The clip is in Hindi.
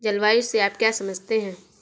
जलवायु से आप क्या समझते हैं?